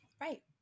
right